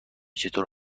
چطور